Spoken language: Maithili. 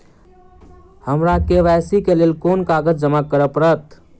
हमरा के.वाई.सी केँ लेल केँ कागज जमा करऽ पड़त?